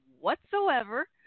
whatsoever